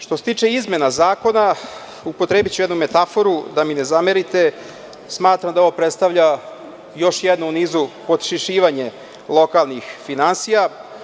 Što se tiče izmena zakona, upotrebiću jednu metaforu, da mi ne zamerite, smatram da ovo predstavlja još jednu u nizu podšišavanja lokalnih finansija.